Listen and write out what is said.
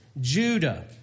Judah